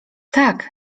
tak